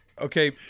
Okay